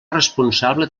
responsable